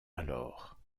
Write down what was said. alors